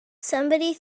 somebody